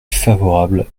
favorable